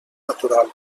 natural